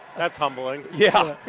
that's humbling. yeah